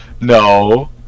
No